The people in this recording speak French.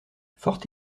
fort